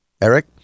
Eric